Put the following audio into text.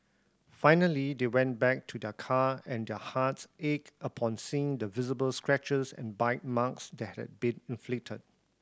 finally they went back to their car and their hearts ached upon seeing the visible scratches and bite marks that had been inflicted